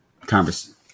conversation